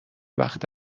وقت